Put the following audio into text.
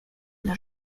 dla